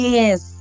Yes